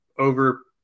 Over